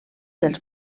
dels